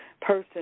person